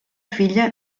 filla